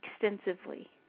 extensively